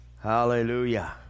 Hallelujah